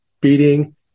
beating